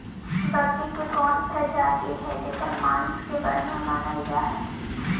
बकरी के कौन प्रजाति हई जेकर मांस के बढ़िया मानल जा हई?